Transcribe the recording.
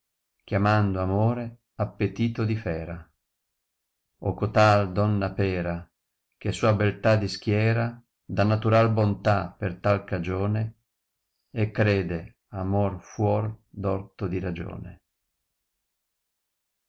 chiamando amore appetito di fera daute mime la o cotal donna pera che sua beltà dichiera da naturai bontà per tal cagione e crede amor fuor d'orto di ragione